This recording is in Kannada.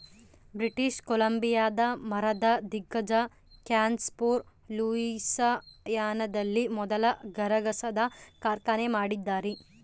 ಬ್ರಿಟಿಷ್ ಕೊಲಂಬಿಯಾದ ಮರದ ದಿಗ್ಗಜ ಕ್ಯಾನ್ಫೋರ್ ಲೂಯಿಸಿಯಾನದಲ್ಲಿ ಮೊದಲ ಗರಗಸದ ಕಾರ್ಖಾನೆ ಮಾಡಿದ್ದಾರೆ